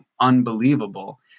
unbelievable